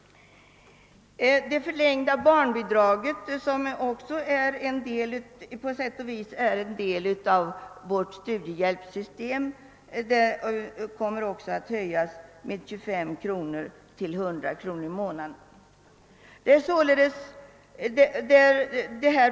Det förlängda barnbidraget, som på sätt och vis är en del av vårt studiehjälpssystem, kommer att höjas med 25 kronor till 100 kronor per månad.